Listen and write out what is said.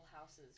House's